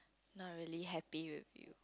not really happy with you